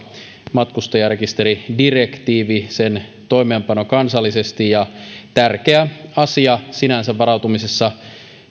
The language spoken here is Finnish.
matkustajarekisteridirektiivin toimeenpano kansallisesti ja sinänsä tärkeä asia varautumisessa